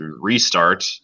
restart